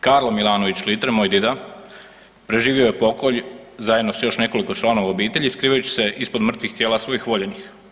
Karlo Milanović Litre, moj dida, preživio je pokolj zajedno s još nekoliko članova obitelji skrivajući se ispod mrtvih tijela svojih voljenih.